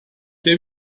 der